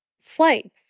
flight